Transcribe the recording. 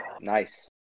Nice